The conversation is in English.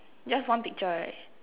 just one picture right